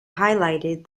highlighted